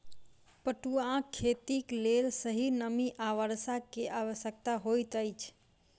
पटुआक खेतीक लेल सही नमी आ वर्षा के आवश्यकता होइत अछि